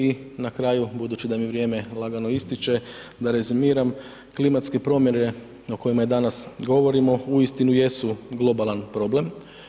I na kraju, budući da mi vrijeme lagano ističe, da rezimiram, klimatske promjene o kojima danas govorimo uistinu jesu globalan problem.